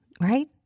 right